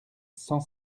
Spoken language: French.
cent